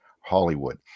Hollywood